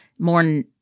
more